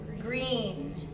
Green